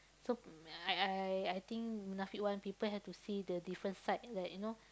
so I I I think Munafik one people had to see the different side that you know